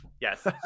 Yes